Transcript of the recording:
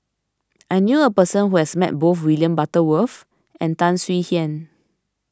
I knew a person who has met both William Butterworth and Tan Swie Hian